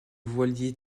voilier